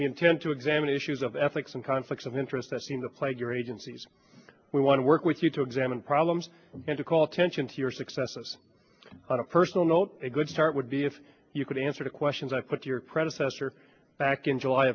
we intend to examine issues of ethics and conflicts of interest that seem to plague your agencies we want to work with you to examine problems and to call attention to your successes on a personal note a good start would be if you could answer the questions i put your predecessor back in july